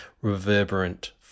reverberant